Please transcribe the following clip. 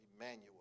Emmanuel